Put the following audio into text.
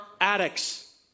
addicts